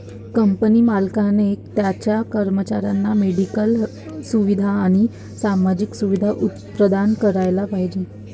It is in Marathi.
कंपनी मालकाने त्याच्या कर्मचाऱ्यांना मेडिकेअर सुविधा आणि सामाजिक सुरक्षा प्रदान करायला पाहिजे